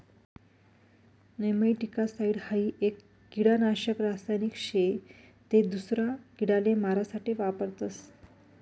nematicide हाई एक किडानाशक रासायनिक शे ते दूसरा किडाले मारा साठे वापरतस